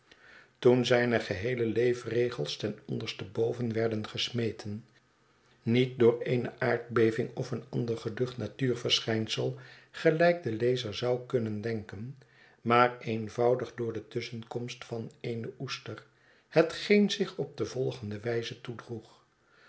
toen zijn geheele levensregel ten onderste boven werd gesmeten niet door eene aardbeving of een ander geducht natuurverschynsel gelijk de lezer zou kunnen denken maar eenvoudig door de tusschenkomst van eene oester hetgeen zich op de volgende wijze toedroeg